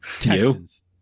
Texans